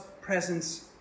presence